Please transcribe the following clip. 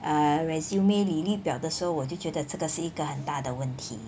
err resume 履历表的时候我就觉得这个是一个很大的问题